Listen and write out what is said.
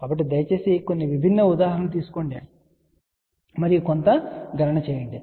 కాబట్టి దయచేసి కొన్ని విభిన్న ఉదాహరణలు తీసుకోండి మరియు కొంత గణన చేయండి